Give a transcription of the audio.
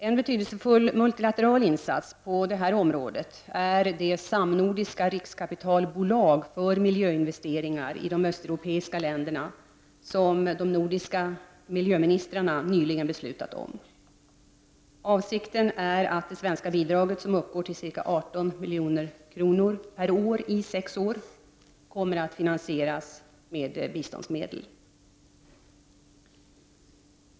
En betydelsefull multilateral insats på detta område är det samnordiska riskkapitalbolag för miljöinvesteringar i de östeuropeiska länderna som de nordiska miljöministrarna nyligen beslutat om. Avsikten är att det svenska bidraget, som uppgår till ca 18 milj.kr. per år i sex år, skall finansieras med biståndsmedel.